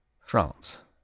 France